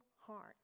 heart